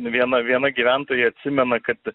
viena viena gyventoja atsimena kad